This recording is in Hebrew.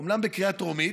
אומנם בקריאה טרומית,